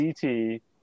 CT